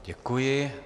Děkuji.